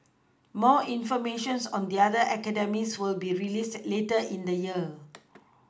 more information on the other academies will be released later in the year